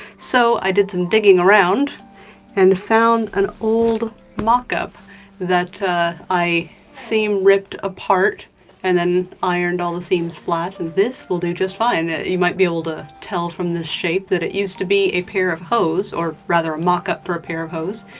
so i did some digging around and found an old mock-up that i seam-ripped apart and then ironed all the seams flat and this will do just fine. you might be able to tell from the shape that it used to be a pair of hose, or rather a mock-up for a pair of hose,